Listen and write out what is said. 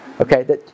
okay